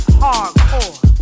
hardcore